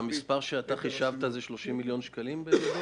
המספר שחישבת הוא 30 מיליון שקלים?